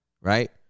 right